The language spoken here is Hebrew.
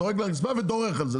זורק לרצפה ודורך על זה.